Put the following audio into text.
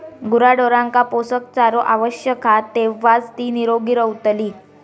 गुराढोरांका पोषक चारो आवश्यक हा तेव्हाच ती निरोगी रवतली